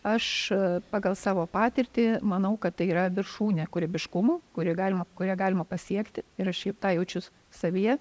aš pagal savo patirtį manau kad tai yra viršūnė kūrybiškumo kurį galima kurią galima pasiekti ir aš šiaip tą jaučiu savyje